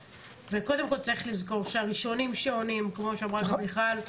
קודם כל צריך לזכור שהראשונים שעונים 24/7 כמו שאמרה גם מיכל,